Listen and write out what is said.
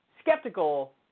skeptical